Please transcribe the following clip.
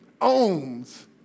Owns